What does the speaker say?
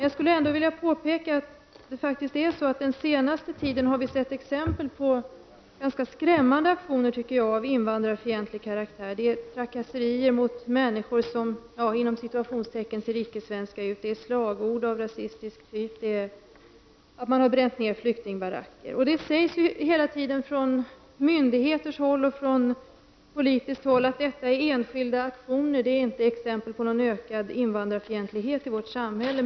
Jag skulle ändå vilja påpeka att vi under den senaste tiden har sett exempel på ganska skrämmande aktioner av invandrarfientlig karaktär: trakasserier mot människor som ser ”icke svenska” ut, slagord av rasistisk karaktär och nedbrända flyktingbaracker. Det sägs hela tiden från myndighetshåll och från politiskt håll att detta är enskilda aktioner, inte exempel på ökad invandrarfientlighet i vårt samhälle.